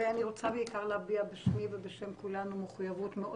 ואני בעיקר רוצה להביע בשמי ובשם כולנו מחויבות מאוד